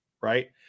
Right